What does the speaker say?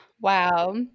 Wow